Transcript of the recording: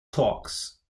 talks